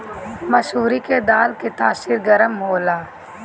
मसूरी के दाल के तासीर गरम होला